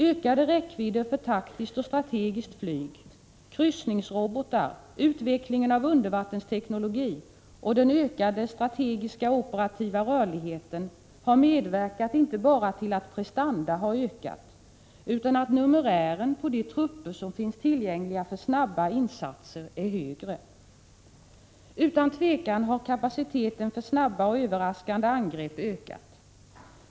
Ökade räckvidder för taktiskt och strategiskt flyg, kryssningsrobotar, utvecklingen av undervattensteknologi och den ökade strategiska och operativa rörligheten har medverkat inte bara till att prestanda har ökat utan också till att numerären på de trupper som finns tillgängliga för snabba insatser är högre. Utan tvivel har kapaciteten för snabba och överraskande angrepp ökat.